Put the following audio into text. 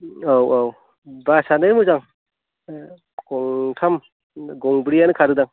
औ औ बासआनो मोजां गंथाम गंब्रैयानो खारो दां